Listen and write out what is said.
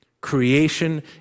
Creation